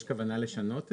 יש כוונה לשנות?